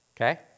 okay